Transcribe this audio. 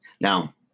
Now